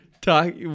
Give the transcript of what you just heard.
talk